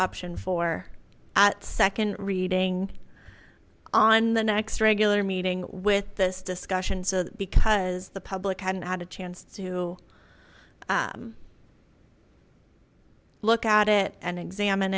option for at second reading on the next regular meeting with this discussion so that because the public hadn't had a chance to look at it and examin